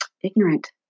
ignorant